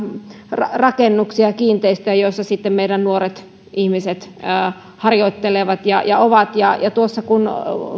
rakennuksia ja kiinteistöjä joissa sitten meidän nuoret ihmiset harjoittelevat ja ja ovat tuossa kun